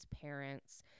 parents